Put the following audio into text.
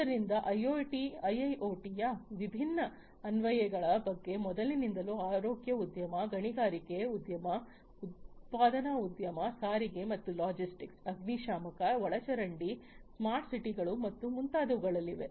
ಆದ್ದರಿಂದ ಐಐಒಟಿಯ ವಿಭಿನ್ನ ಅನ್ವಯಿಕೆಗಳ ಬಗ್ಗೆ ಮೊದಲಿನಿಂದಲೂ ಆರೋಗ್ಯ ಉದ್ಯಮ ಗಣಿಗಾರಿಕೆ ಉದ್ಯಮ ಉತ್ಪಾದನಾ ಉದ್ಯಮ ಸಾರಿಗೆ ಮತ್ತು ಲಾಜಿಸ್ಟಿಕ್ಸ್ ಅಗ್ನಿಶಾಮಕ ಒಳಚರಂಡಿ ಸ್ಮಾರ್ಟ್ ಸಿಟಿಗಳು ಮತ್ತು ಮುಂತಾದವುಗಳಲ್ಲಿವೆ